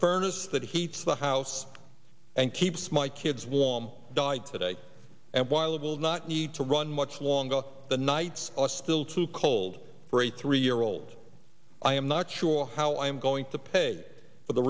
furnace that heats the house and keeps my kids warm died today and while it will not need to run much longer the nights are still too cold for a three year old i am not sure how i am going to pay for the